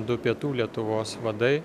du pietų lietuvos vadai